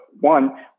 one